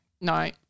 no